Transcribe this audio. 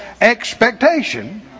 expectation